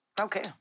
Okay